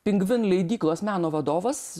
pingvin leidyklos meno vadovas